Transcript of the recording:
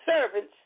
servants